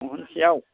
महनसेयाव